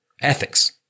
ethics